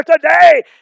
today